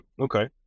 Okay